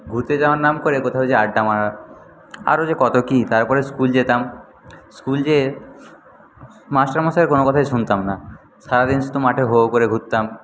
ঘুরতে যাওয়ার নাম করে কোথাও গিয়ে আড্ডা মারা আরও যে কত কি তারপরে স্কুল যেতাম স্কুল গিয়ে মাস্টারমশাইয়ের কোন কথাই শুনতাম না সারাদিন শুধু মাঠে হো হো করে ঘুরতাম